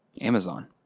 Amazon